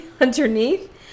underneath